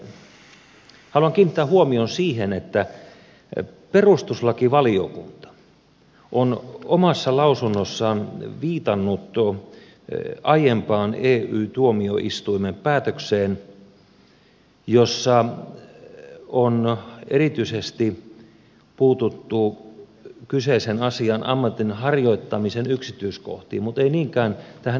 haluan kiinnittää huomion siihen että perustuslakivaliokunta on omassa lausunnossaan viitannut aiempaan ey tuomioistuimen päätökseen jossa on erityisesti puututtu kyseisen asian ammatin harjoittamisen yksityiskohtiin mutta ei niinkään tähän elinkeinovapauskysymykseen